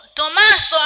Thomas